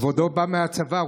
כבודו בא מהצבא,